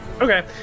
Okay